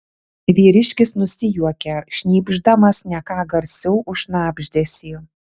vyriškis nusijuokė šnypšdamas ne ką garsiau už šnabždesį